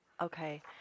Okay